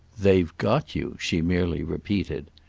they've got you, she merely repeated.